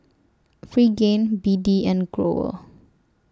Pregain B D and Growell